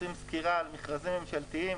עושים סקירה על מכרזים ממשלתיים.